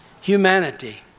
Humanity